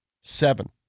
Seven